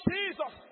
Jesus